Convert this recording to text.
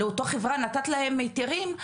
לאותה חברה נתת להם היתרים,